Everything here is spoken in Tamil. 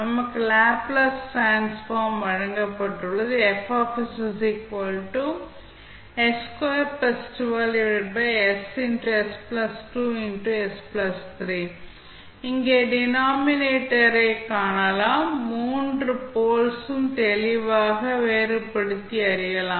நமக்கு லேப்ளேஸ் டிரான்ஸ்ஃபார்ம் வழங்கப்பட்டுள்ளது இங்கே டினாமினேட்டர் ல் காணலாம் மூன்று போல்ஸ் யும் தெளிவாக வேறுபடுத்தி அறியலாம்